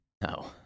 no